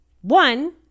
One